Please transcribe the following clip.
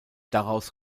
daraus